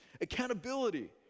Accountability